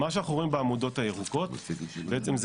מה שאנחנו רואים בעמודות הירוקות בעצם זה